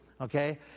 Okay